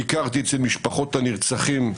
ביקרתי אצל משפחות הנרצחים,